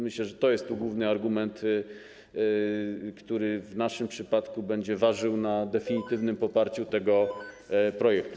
Myślę, że to jest główny argument, który w naszym przypadku będzie ważył na definitywnym poparciu tego projektu.